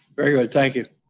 very good, thank you.